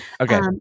Okay